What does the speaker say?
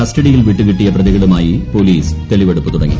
കസ്റ്റഡിയിൽ വിട്ടുകിട്ടിയ പ്രതികളുമായി പോലീസ് തെളിവെടുപ്പ് തുടങ്ങി